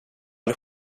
all